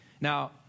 Now